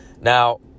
Now